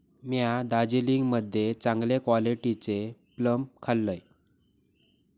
म्या दार्जिलिंग मध्ये चांगले क्वालिटीचे प्लम खाल्लंय